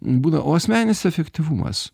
būna o asmeninis efektyvumas